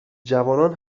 جوانان